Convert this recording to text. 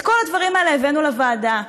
את כל הדברים האלה הבאנו לוועדה,